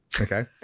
Okay